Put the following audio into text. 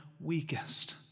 weakest